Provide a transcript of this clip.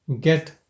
get